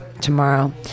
tomorrow